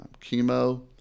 chemo